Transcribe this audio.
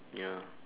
ya